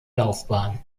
laufbahn